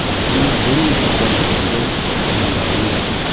भाषामा पनि धेरै नै अब परिवर्तन चाहिँ यहाँनिर आइनैरहेको छ